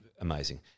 amazing